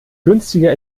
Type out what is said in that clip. günstiger